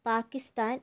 Pakistan